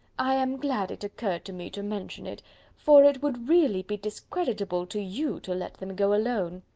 i am glad it occurred to me to mention it for it would really be discreditable to you to let them go alone.